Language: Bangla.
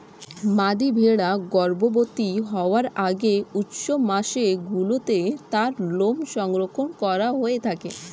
মাদী ভেড়া গর্ভবতী হওয়ার আগে উষ্ণ মাসগুলিতে তার লোম সংগ্রহ করা হয়ে থাকে